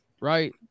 Right